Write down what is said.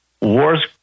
War's